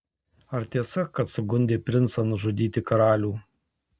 ar tiesa kad sugundė princą nužudyti karalių